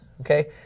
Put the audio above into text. okay